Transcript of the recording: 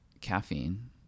caffeine